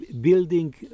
building